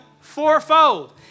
fourfold